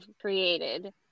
created